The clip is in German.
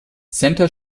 center